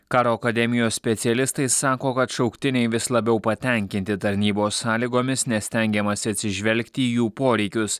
karo akademijos specialistai sako kad šauktiniai vis labiau patenkinti tarnybos sąlygomis nes stengiamasi atsižvelgti į jų poreikius